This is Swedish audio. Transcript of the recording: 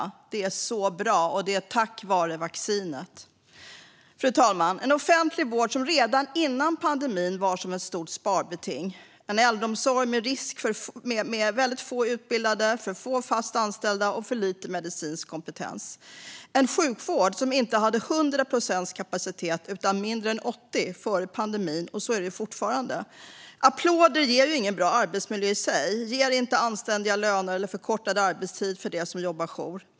Det är så bra, och det är tack vare vaccinet. Fru talman! En offentlig vård som redan före pandemin var som ett stort sparbeting. En äldreomsorg med för få utbildade, för få fast anställda och för lite medicinsk kompetens. En sjukvård som inte hade 100 procents kapacitet utan mindre än 80 före pandemin. Så är det fortfarande. Applåder i sig ger ingen bra arbetsmiljö. De ger inte anständiga löner eller förkortad arbetstid för dem som jobbar jour.